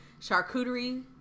charcuterie